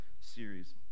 series